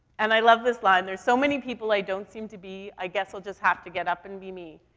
and i love this line there's so many people i don't seem to be. i guess i'll just have to get up and be me.